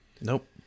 nope